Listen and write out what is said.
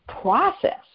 process